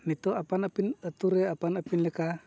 ᱱᱤᱛᱳᱜ ᱟᱯᱟᱱ ᱟᱹᱯᱤᱱ ᱟᱛᱳᱨᱮ ᱟᱯᱟᱱ ᱟᱹᱯᱤᱱ ᱞᱮᱠᱟ